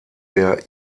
der